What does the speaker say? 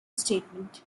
statement